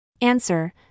Answer